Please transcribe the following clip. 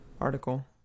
Article